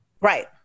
Right